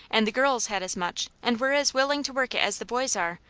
and the girls had as much, and were as willing to work it as the boys are,